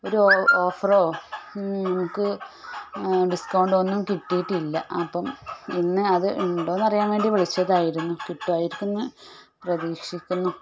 ഒരു ഓഫറോ നമുക്ക് ഡിസ്കൗണ്ടോ ഒന്നും കിട്ടിയിട്ടില്ല അപ്പം ഇന്ന് അത് ഉണ്ടോയെന്നറിയാൻ വേണ്ടി വിളിച്ചതായിരുന്നു കിട്ടുമായിരിക്കുമെന്ന് പ്രതീക്ഷിക്കുന്നു